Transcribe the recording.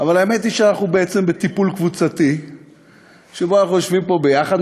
אבל האמת היא שאנחנו בעצם בטיפול קבוצתי שבו אנחנו יושבים פה ביחד,